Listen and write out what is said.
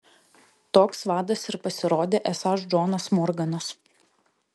toks vadas ir pasirodė esąs džonas morganas